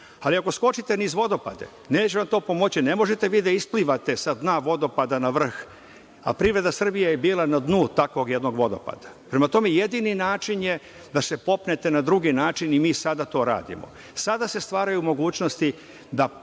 ali ako skočite niz vodopade, neće vam to pomoći, ne možete vi da isplivate sa dna vodopada na vrh, a privreda Srbije je bila na dnu takvog jednog vodopada. Prema tome, jedini način je da se popnete na drugi način i mi sada to radimo. Sada se stvaraju mogućnosti da